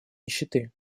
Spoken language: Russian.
нищеты